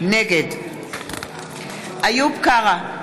נגד איוב קרא,